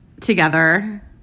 together